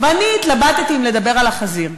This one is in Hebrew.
ואני התלבטתי אם לדבר על החזיר.